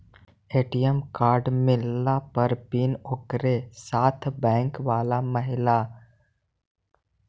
ATM card मिलला पर PIN ओकरे साथे बैक बाला महिना देतै कि ए.टी.एम में जाके बना बे पड़तै?